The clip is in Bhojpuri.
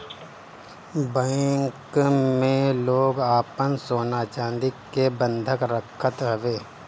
बैंक में लोग आपन सोना चानी के बंधक रखत हवे